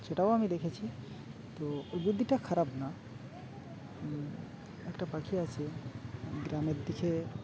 সেটাও আমি দেখেছি তো ওই বুদ্ধিটা খারাপ না একটা পাখি আছে গ্রামের দিকে